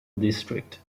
district